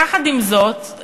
יחד עם זאת,